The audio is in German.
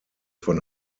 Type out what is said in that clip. von